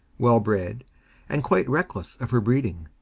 well bred and quite reckless of her breeding,